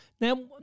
Now